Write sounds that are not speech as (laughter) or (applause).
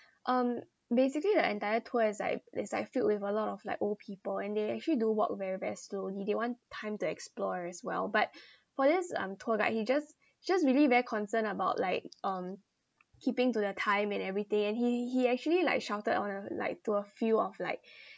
um basically the entire tour is like is like filled with a lot of like old people and they actually do walk very very slowly they want time to explore as well but (breath) for this um tour guide he just just really very concerned about like um keeping to the time and everything and he he actually like shouted on a like to a few of like (breath)